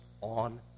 on